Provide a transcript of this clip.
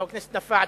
חבר הכנסת נפאע,